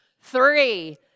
Three